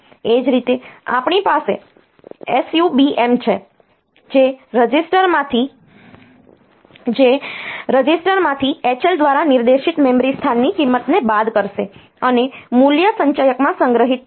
એ જ રીતે આપણી પાસે SUBM છે જે રજિસ્ટરમાંથી H L દ્વારા નિર્દેશિત મેમરી સ્થાનની કિંમતને બાદ કરશે અને મૂલ્ય સંચયકમાં સંગ્રહિત થશે